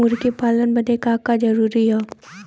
मुर्गी पालन बदे का का जरूरी ह?